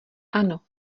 ano